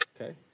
Okay